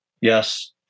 Yes